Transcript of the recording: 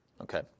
Okay